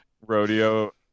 Rodeo